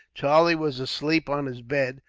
charlie was asleep on his bed,